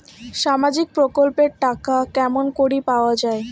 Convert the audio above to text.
সামাজিক প্রকল্পের টাকা কেমন করি পাওয়া যায়?